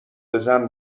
بزن